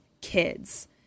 kids